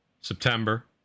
September